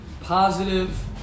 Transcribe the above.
positive